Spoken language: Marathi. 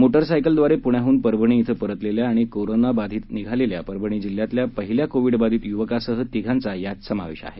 मोटारसायकलद्वारे पुण्याहून परभणी इथं परतलेल्या आणि कोरोना विषाणू बाधित निघालेल्या परभणी जिल्ह्यातल्या पहिल्या कोविड बाधित युवकासह तिघांचा यात समावेश आहे